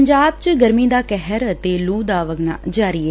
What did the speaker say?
ਪੰਜਾਬ ਵਿਚ ਗਰਮੀ ਦਾ ਕਹਿਰ ਜਾਰੀ ਅਤੇ ਲੂ ਦਾ ਵਗਣਾ ਜਾਰੀ ਏ